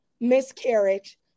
miscarriage